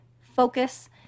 focus